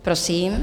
Prosím.